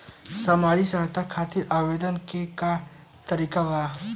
सामाजिक सहायता खातिर आवेदन के का तरीका बा?